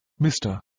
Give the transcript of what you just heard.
Mr